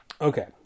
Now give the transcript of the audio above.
okay